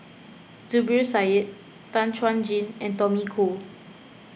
Zubir Said Tan Chuan Jin and Tommy Koh